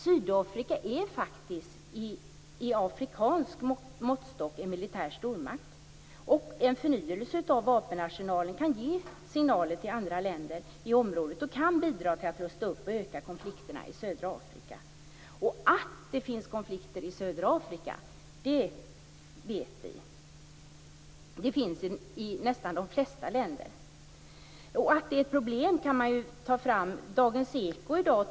Sydafrika är faktiskt med afrikansk måttstock en militär stormakt. En förnyelse av vapenarsenalen kan ge signaler till andra länder i området och kan bidra till att man rustar upp och att konflikterna i södra Afrika ökar. Och att det finns konflikter i södra Afrika, det vet vi. Det finns i nästan de flesta länder. Och att detta är ett problem är ett faktum. I Dagens Eko i dag kl.